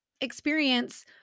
experience